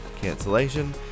cancellation